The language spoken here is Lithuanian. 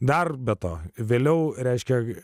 dar be to vėliau reiškia